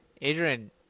Adrian